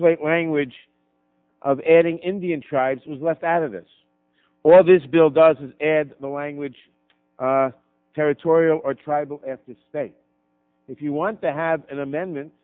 plate language of adding indian tribes was left out of this all this bill does is add the language territorial or tribal at the state if you want to have an amendment